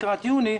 לקראת יוני,